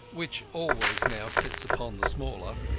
which always now sits upon the smaller.